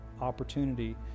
opportunity